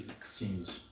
exchange